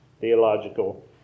theological